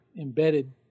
embedded